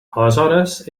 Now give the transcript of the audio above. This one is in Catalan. aleshores